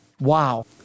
Wow